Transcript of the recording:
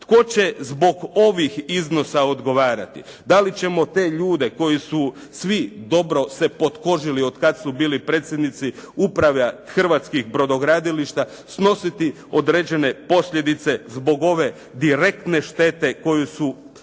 Tko će zbog ovih iznosa odgovarati? Da li ćemo te ljude koji su svi dobro se potkožili od kad su bili predsjednici uprava Hrvatskih brodogradilišta snositi određene posljedice zbog ove direktne štete koju su,